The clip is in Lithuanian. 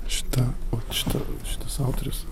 šita vat šita šitas autorius